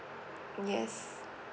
yes